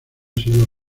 sido